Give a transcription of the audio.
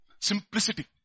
simplicity